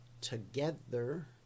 together